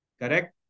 Correct